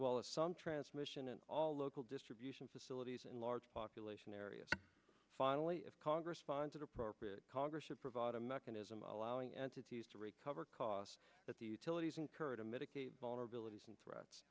well as some transmission and all local distribution facilities and large population areas finally if congress sponsored appropriate congress to provide a mechanism allowing entities to recover costs that the utilities incur to mitigate vulnerabilities and threats